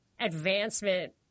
advancement